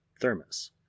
thermos